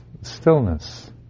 stillness